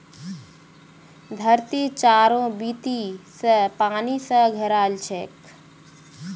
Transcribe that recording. धरती चारों बीती स पानी स घेराल छेक